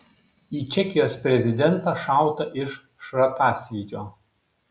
į čekijos prezidentą šauta iš šratasvydžio